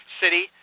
city